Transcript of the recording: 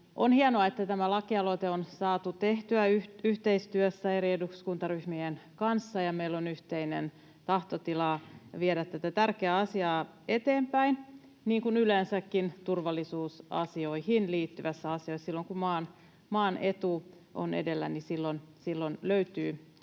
On hienoa, että tämä lakialoite on saatu tehtyä yhteistyössä eri eduskuntaryhmien kanssa ja meillä on yhteinen tahtotila viedä tätä tärkeää asiaa eteenpäin, niin kuin yleensäkin turvallisuusasioihin liittyvissä asioissa. Silloin, kun maan etu on edellä, löytyy